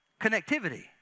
Connectivity